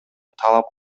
талап